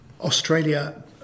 Australia